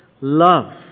love